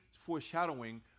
foreshadowing